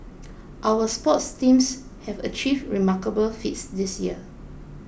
our sports teams have achieved remarkable feats this year